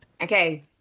Okay